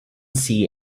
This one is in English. see